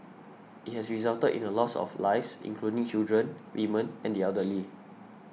it has resulted in the loss of lives including children women and the elderly